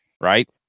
right